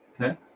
Okay